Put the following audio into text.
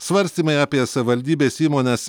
svarstymai apie savivaldybės įmones